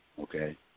okay